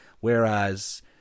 whereas